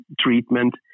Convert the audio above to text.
treatment